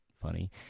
funny